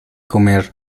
comer